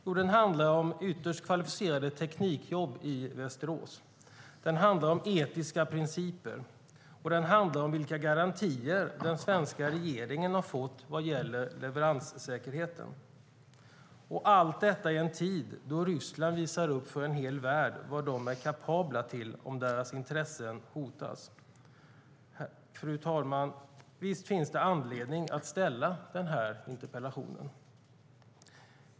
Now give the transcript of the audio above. Jo, den handlar om ytterst kvalificerade teknikjobb i Västerås. Den handlar om etiska principer, och den handlar om vilka garantier den svenska regeringen har fått vad gäller leveranssäkerheten. Och allt detta är i en tid då Ryssland visar upp för en hel värld vad de är kapabla till om deras intressen hotas. Fru talman! Visst finns det anledning att ställa den här interpellationen.